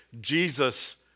Jesus